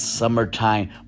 Summertime